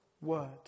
Word